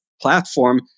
platform